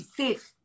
safe